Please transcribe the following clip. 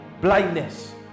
Blindness